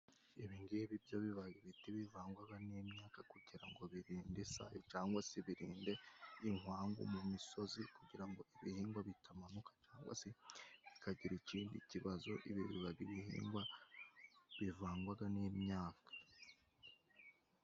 Ibi ng'ibi byo biba ibiti bivangwaga n'imyaka kugira ngo birinde isayo cyangwa se birinde inkangu mu misozi kugira ngo ibihingwa bitamanuka cyangwa se bikagira ikindi kibazo. Ibi biba ari ibihingwa bivangwaga n'imyaka.